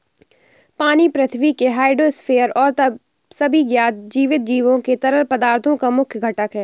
पानी पृथ्वी के हाइड्रोस्फीयर और सभी ज्ञात जीवित जीवों के तरल पदार्थों का मुख्य घटक है